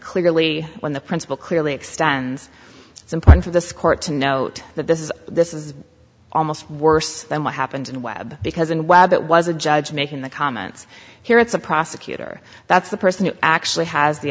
clearly when the principle clearly extends it's important for this court to note that this is this is almost worse than what happened in webb because in webb it was a judge making the comments here it's a prosecutor that's the person who actually has the